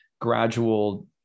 gradual